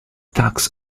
tax